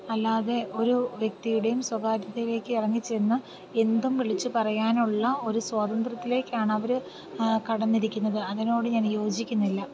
അല്ലാതെ ഒരു വ്യക്തിയുടെയും സ്വകാര്യതയിലേക്ക് ഇറങ്ങി ചെന്ന് എന്തും വിളിച്ച് പറയാനുള്ള ഒരു സ്വാതന്ത്ര്യത്തിലേക്കാണ് അവർ കടന്നിരിക്കുന്നത് അതിനോട് ഞാൻ യോജിക്കുന്നില്ല